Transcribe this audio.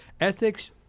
Ethics